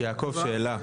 יעקב, שאלה.